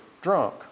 drunk